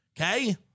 Okay